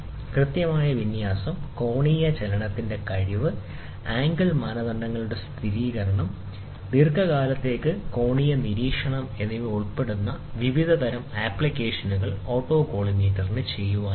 കൃത്യമായ വിന്യാസം കോണീയ ചലനത്തിന്റെ കിഴിവ് ആംഗിൾ മാനദണ്ഡങ്ങളുടെ സ്ഥിരീകരണം ദീർഘകാലത്തേക്ക് കോണീയ നിരീക്ഷണം എന്നിവ ഉൾപ്പെടെ നിരവധി തരം ആപ്ലിക്കേഷനുകൾ ഓട്ടോകോളിമേറ്ററിന് ചെയ്യാനാകും